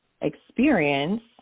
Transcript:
experience